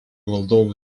valdovų